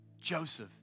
Joseph